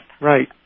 Right